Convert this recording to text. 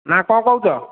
ନାଁ କ'ଣ କହୁଛ